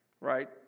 right